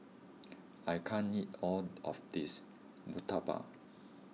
I can't eat all of this Murtabak